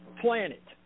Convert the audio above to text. planet